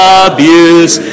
abuse